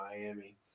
Miami